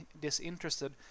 disinterested